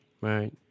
right